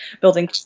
building